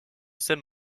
saint